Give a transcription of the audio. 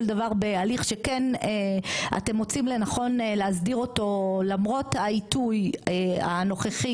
דבר בהליך שכן אתם מוצאים לנכון להסדיר אותו למרות העיתוי הנוכחי,